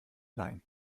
leihen